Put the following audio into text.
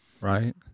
Right